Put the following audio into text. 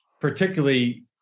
particularly